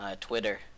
Twitter